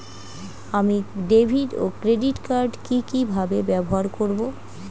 আমি ডেভিড ও credit card কি কিভাবে ব্যবহার করব?